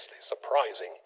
surprising